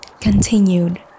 continued